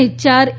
અને ચાર એ